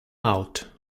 out